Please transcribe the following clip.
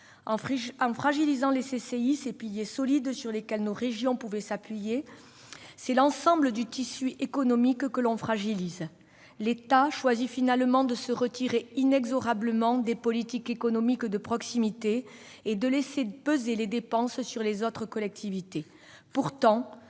En fragilisant les CCI, ces piliers solides sur lesquels nos régions pouvaient s'appuyer, on fragilise l'ensemble du tissu économique. L'État choisit de se retirer inexorablement des politiques économiques de proximité et de laisser peser les dépenses sur les autres collectivités. Pourtant,